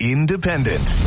Independent